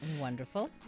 wonderful